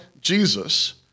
Jesus